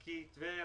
בבקשה.